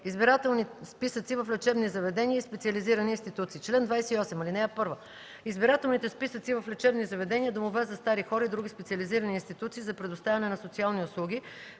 „Избирателни списъци в лечебни заведения и специализирани институции Чл. 28. (1) Избирателните списъци в лечебни заведения, домове за стари хора и други специализирани институции за предоставяне на социални услуги